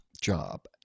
job